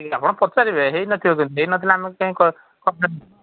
ଆପଣ ପାରେ ହେଇନଥିବ କିନ୍ତୁ ତି ହେଇ ନଥିଲେ ଆମେ କାଇଁ କ କମ୍ପ୍ଲେନ୍